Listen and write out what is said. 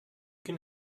can